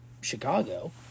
Chicago